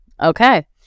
Okay